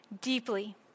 deeply